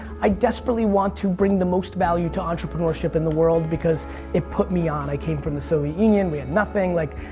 i desperately want to bring the most value to entrepreneurship in the world because it put me on. i came from the soviet union, we had nothing like,